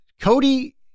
Cody